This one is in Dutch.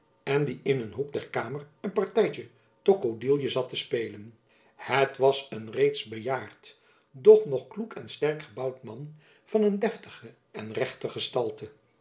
en die in een hoek der kamer een party tokkodielje zat te spelen het was een reeds bejaard doch nog kloek en sterk gebouwd man van een deftige en rechte gestalte